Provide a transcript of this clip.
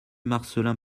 marcellin